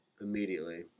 immediately